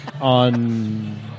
on